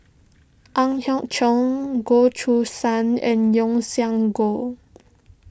Ang Hiong Chiok Goh Choo San and Yeo Siak Goon